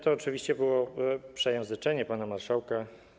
To oczywiście było przejęzyczenie pana marszałka.